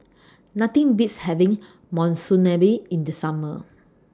Nothing Beats having Monsunabe in The Summer